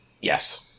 Yes